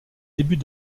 début